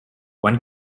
one